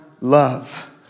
love